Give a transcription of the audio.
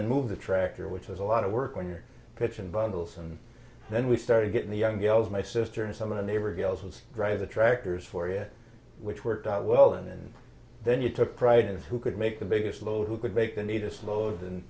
and move the tractor which is a lot of work when you're pitching bundles and then we started getting the young gals my sister and some of the neighbor gals was drive the tractors for it which worked out well and then you took pride in who could make the biggest little who could make the neatest lowden and